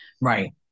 right